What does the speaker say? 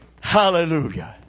Hallelujah